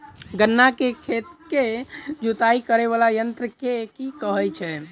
गन्ना केँ खेत केँ जुताई करै वला यंत्र केँ की कहय छै?